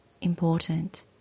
important